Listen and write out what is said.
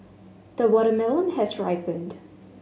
the watermelon has ripened